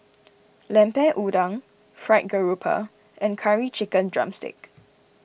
Lemper Udang Fried Garoupa and Curry Chicken Drumstick